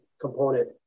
component